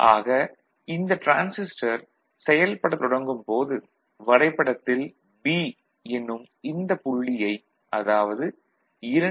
ஆக இந்த டிரான்சிஸ்டர் செயல்படத் தொடங்கும் போது வரைபடத்தில் B எனும் இந்தப் புள்ளியை அதாவது 2